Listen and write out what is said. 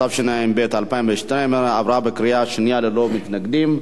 התשע"ב 2012, עברה בקריאה שנייה ללא מתנגדים.